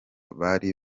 bari